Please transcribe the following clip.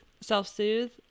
Self-soothe